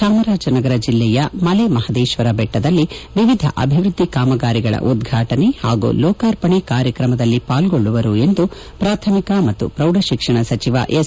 ಚಾಮರಾಜನಗರ ಜಿಲ್ಲೆಯ ಮಲೆ ಮಹದೇಶ್ವರ ಬೆಟ್ಟದಲ್ಲಿ ವಿವಿಧ ಅಭಿವೃದ್ದಿ ಕಾಮಗಾರಿಗಳ ಉದ್ಘಾಟನೆ ಹಾಗೂ ಲೋಕಾರ್ಪಣೆ ಕಾರ್ಯಕ್ರಮದಲ್ಲಿ ಪಾಲ್ಗೊಳ್ಳುವರು ಎಂದು ಪ್ರಾಥಮಿಕ ಮತ್ತು ಪ್ರೌಢ ಶಿಕ್ಷಣ ಸಚಿವ ಎಸ್